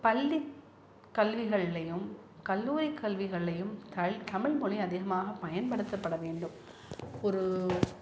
பள்ளி கல்விகள்லையும் கல்லூரி கல்விகள்லையும் தல் தமிழ்மொழி அதிகமாக பயன்படுத்தப்பட வேண்டும் ஒரு